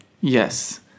Yes